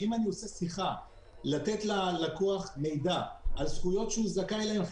אם אני עושה שיחה לתת ללקוח מידע על זכויות שהוא שזכאי להן,